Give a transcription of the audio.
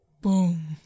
Boom